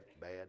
bad